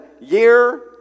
year